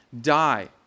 die